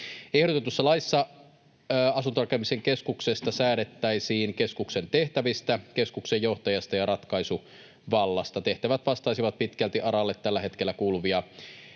Ehdotetussa laissa asuntorakentamisen keskuksesta säädettäisiin keskuksen tehtävistä, keskuksen johtajasta ja ratkaisuvallasta. Tehtävät vastaisivat pitkälti ARAlle tällä hetkellä kuuluvia